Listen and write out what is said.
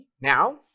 Now